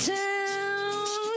town